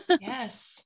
Yes